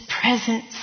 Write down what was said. presence